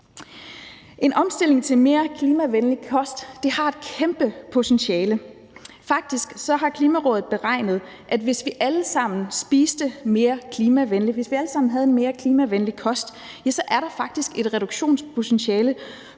En omstilling til mere klimavenlig kost har et kæmpe potentiale. Faktisk har Klimarådet beregnet, at hvis vi alle sammen havde en mere klimavenlig kost, ville der faktisk være et reduktionspotentiale